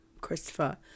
Christopher